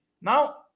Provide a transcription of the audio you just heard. Now